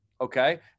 Okay